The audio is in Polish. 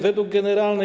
Według generalnej.